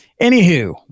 Anywho